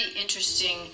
interesting